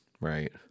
right